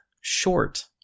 short